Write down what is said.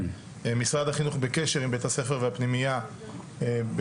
משרד החינוך בקשר עם בית הספר והפנימייה באמת,